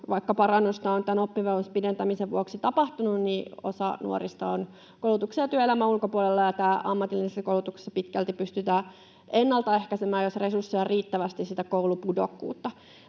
vaikka parannusta on tämän oppivelvollisuuden pidentämisen vuoksi tapahtunut — osa nuorista on koulutuksen ja työelämän ulkopuolella, ja ammatillisessa koulutuksessa pitkälti pystytään ennalta ehkäisemään sitä koulupudokkuutta,